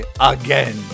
again